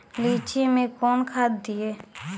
लीची मैं कौन खाद दिए?